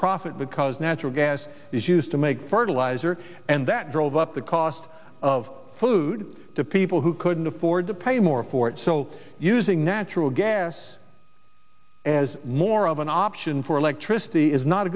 profit because natural gas is used to make fertilizer and that drove up the cost of food to people who couldn't afford to pay more for it so using natural gas as more of an option for electricity is not a